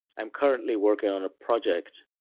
i'm currently working on a project